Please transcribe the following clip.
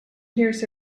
years